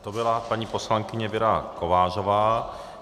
To byla paní poslankyně Věra Kovářová.